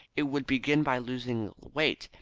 it would begin by losing weight,